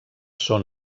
són